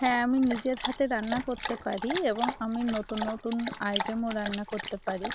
হ্যাঁ আমি নিজের হাতে রান্না করতে পারি এবং আমি নতুন নতুন আইটেমও রান্না করতে পারি